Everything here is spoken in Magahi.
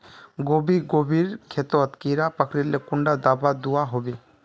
गोभी गोभिर खेतोत कीड़ा पकरिले कुंडा दाबा दुआहोबे?